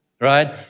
right